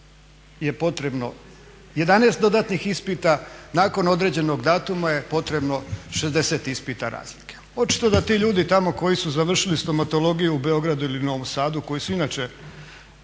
je potrebno 11 dodatnih ispita nakon određenog datuma je potrebno 60 ispita razlike. Očito da ti ljudi tamo koji su završili stomatologiju u Beogradu ili Novom Sadu koji su inače